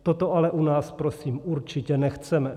Toto ale u nás prosím určitě nechceme.